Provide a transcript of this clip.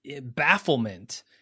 bafflement